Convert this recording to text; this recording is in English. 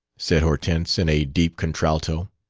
said hortense, in a deep contralto.